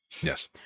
Yes